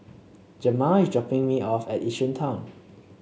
Jamaal is dropping me off at Yishun Town